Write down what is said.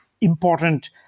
important